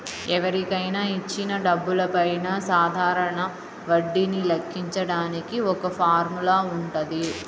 ఎవరికైనా ఇచ్చిన డబ్బులపైన సాధారణ వడ్డీని లెక్కించడానికి ఒక ఫార్ములా వుంటది